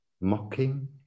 Mocking